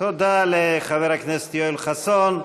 תודה לחבר הכנסת יואל חסון.